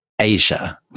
Asia